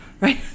right